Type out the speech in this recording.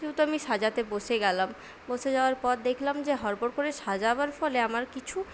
আমি সাজাতে বসে গেলাম বসে যাওয়ার পর দেখলাম যে হড় বড় করে সাজাবার ফলে আমার কিছু